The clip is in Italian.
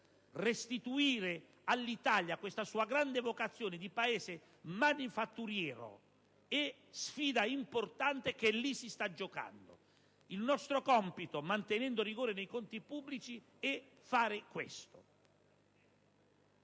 restituire all'Italia questa sua grande vocazione di Paese manifatturiero è sfida importante, che a Pomigliano si sta giocando. Il nostro compito, mantenendo il rigore nei conti pubblici, è contribuire